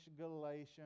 Galatians